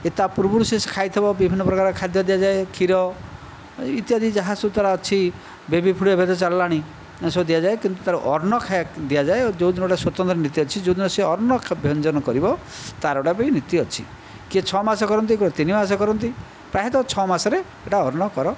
ଏ ତା' ପୂର୍ବରୁ ସେ ଖାଇଥିବ ବିଭିନ୍ନ ପ୍ରକାର ଖାଦ୍ୟ ଦିଆଯାଏ କ୍ଷୀର ଇତ୍ୟାଦି ଯାହା ସବୁ ତା'ର ଅଛି ବେବି ଫୁଡ଼୍ ଏବେ ତ ଚାଲିଲାଣି ଏସବୁ ଦିଆଯାଏ କିନ୍ତୁ ତା'ର ଅନ୍ନ ଖାଇବା ଦିଆଯାଏ ଯେଉଁଦିନ ଗୋଟିଏ ସ୍ଵତନ୍ତ୍ର ନୀତି ଅଛି ଯେଉଁଦିନ ସେ ଅନ୍ନ ଭୁଞ୍ଜନ କରିବ ତା'ର ଗୋଟିଏ ବି ନୀତି ଅଛି କିଏ ଛଅ ମାସ କରନ୍ତି କିଏ ତିନି ମାସ କରନ୍ତି ପ୍ରାୟତଃ ଛଅ ମାସରେ ସେଇଟା ଅନ୍ନ କର